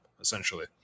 essentially